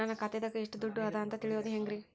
ನನ್ನ ಖಾತೆದಾಗ ಎಷ್ಟ ದುಡ್ಡು ಅದ ಅಂತ ತಿಳಿಯೋದು ಹ್ಯಾಂಗ್ರಿ?